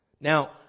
Now